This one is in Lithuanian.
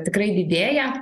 tikrai didėja